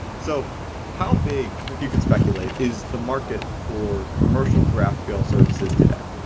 so how big, if you could speculate, is the market for commercial graphql services today?